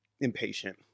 impatient